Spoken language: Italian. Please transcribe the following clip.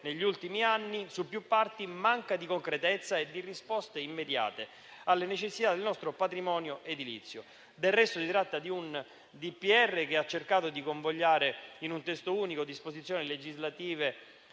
negli ultimi anni su più parti, manca di concretezza e di risposte immediate alle necessità del nostro patrimonio edilizio. Del resto, si tratta di un decreto del Presidente della Repubblica che ha cercato di convogliare in un testo unico disposizioni legislative